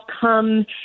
come